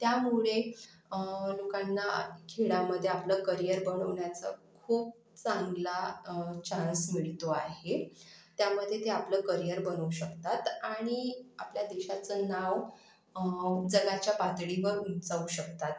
त्यामुळे लोकांना खेळामध्ये आपलं करियर बनवण्याचा खूप चांगला चान्स मिळतो आहे त्यामध्ये ते आपलं करियर बनवू शकतात आणि आपल्या देशाचं नाव जगाच्या पातळीवर उंचावू शकतात